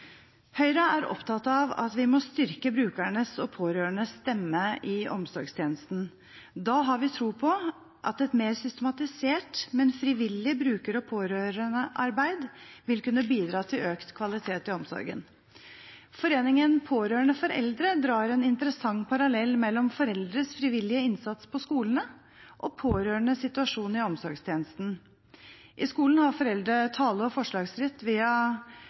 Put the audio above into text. Høyre er opptatt av at vi må styrke brukernes og pårørendes stemme i omsorgstjenesten. Da har vi tro på at et mer systematisert, men frivillig, bruker- og pårørendearbeid vil kunne bidra til økt kvalitet i omsorgen. Foreningen for pårørende for eldre drar en interessant parallell mellom foreldres frivillige innsats på skolene og pårørendes situasjon i omsorgstjenesten. I skolen har foreldre tale- og forslagsrett via